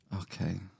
Okay